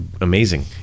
amazing